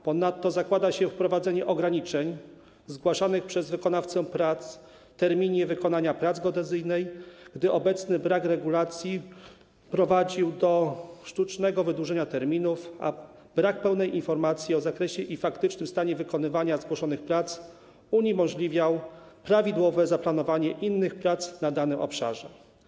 Ponadto zakłada się wprowadzenie ograniczeń zgłaszanych przez wykonawcę prac terminie wykonania pracy geodezyjnej, gdy obecny brak regulacji prowadził do sztucznego wydłużenia terminów, a brak pełnej informacji o zakresie i faktycznym stanie wykonywania zgłoszonych prac uniemożliwiał prawidłowe zaplanowanie innych prac na danym obszarze.